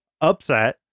upset